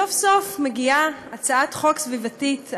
סוף-סוף מגיעה הצעת חוק סביבתית.